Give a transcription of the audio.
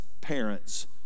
parents